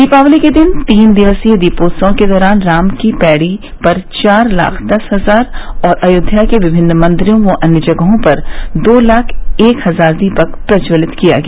दीपावली के दिन तीन दिवसीय दीपोत्सव के दौरान राम की पैड़ी पर चार लाख दस हजार और अयोध्या के विभिन्न मन्दिरों व अन्य जगहों पर दो लाख एक हजार दीपक प्रज्ज्वलित किया गया